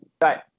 right